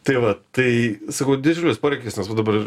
tai va tai sakau didžiulis poreikis nes va dabar